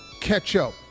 ketchup